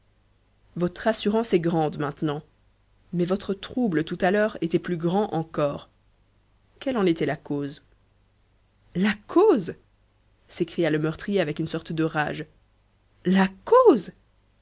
votre assurance est grande maintenant mais votre trouble tout à l'heure était plus grand encore quelle en était la cause la cause s'écria le meurtrier avec une sorte de rage la cause